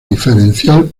diferencial